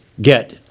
get